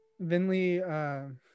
Vinley